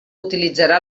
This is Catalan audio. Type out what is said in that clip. utilitzarà